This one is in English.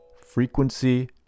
Frequency